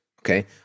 okay